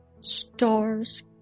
stars